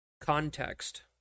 context